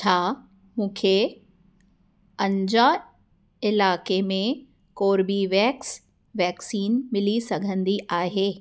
छा मूंखे अंञा इलाइक़े में कोर्बीवेक्स वैक्सीन मिली सघंदी आहे